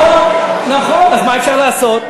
נכון, אז מה אפשר לעשות?